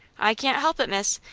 i can't help it, miss.